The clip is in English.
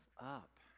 up